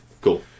cool